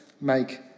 make